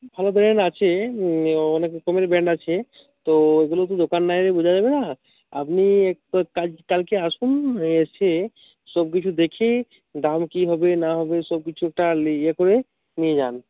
আমাদের এখানে আছে অ অনেক রকমের ব্র্যান্ড আছে তো এগুলো তো দোকান না এলে বোঝা যাবে না আপনি একটা কাজ কালকে আসুন এসে সব কিছু দেখে দাম কি হবে না হবে সব কিছু একটা লি ইয়ে করে নিয়ে যান